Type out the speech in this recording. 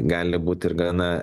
gali būti ir gana